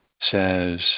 says